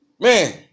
Man